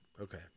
Okay